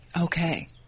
Okay